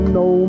no